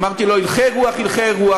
אמרתי לו: הלכי רוח הלכי רוח,